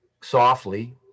softly